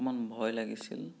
অকণমান ভয় লাগিছিল